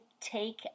take